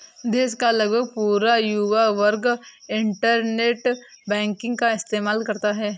देश का लगभग पूरा युवा वर्ग इन्टरनेट बैंकिंग का इस्तेमाल करता है